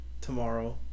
tomorrow